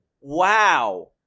Wow